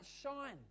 shine